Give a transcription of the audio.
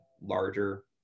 larger